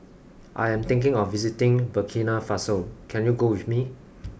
I am thinking of visiting Burkina Faso can you go with me